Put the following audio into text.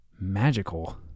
magical